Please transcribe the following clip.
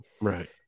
right